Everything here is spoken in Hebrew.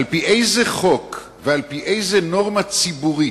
על-פי איזה חוק ועל-פי איזה נורמה ציבורית,